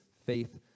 faith